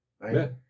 right